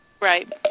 Right